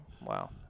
wow